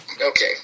okay